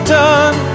done